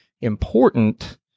important